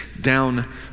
down